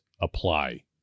apply